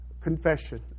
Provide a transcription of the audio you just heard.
Confession